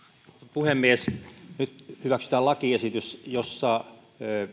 puhemies nyt hyväksytään lakiesitys jossa